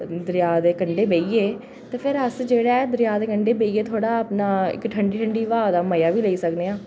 दरेआ दे कंढै बेहियै दे फिर अस जेह्ड़ा ऐ दरेआ दे कंढै बेहियै थोह्ड़ा अपना इक ठंडी ठंडी ब्हाऽ दा मज़ा बी लेई सकने आं